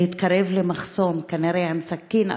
להתקרב למחסום, כנראה אפילו עם סכין,